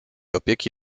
opieki